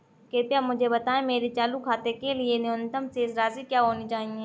कृपया मुझे बताएं मेरे चालू खाते के लिए न्यूनतम शेष राशि क्या होनी चाहिए?